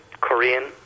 Korean